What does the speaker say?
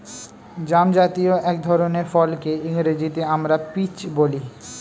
জামজাতীয় এক ধরনের ফলকে ইংরেজিতে আমরা পিচ বলি